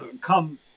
come